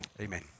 Amen